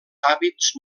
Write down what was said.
hàbits